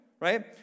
right